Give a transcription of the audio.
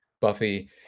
buffy